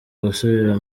gusubira